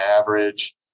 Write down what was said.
average